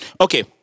Okay